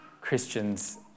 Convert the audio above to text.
Christians